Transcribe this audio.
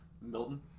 Milton